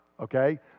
Okay